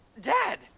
Dad